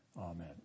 Amen